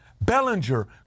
Bellinger